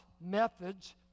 methods